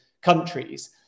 countries